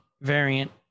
variant